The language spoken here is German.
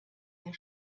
der